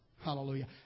Hallelujah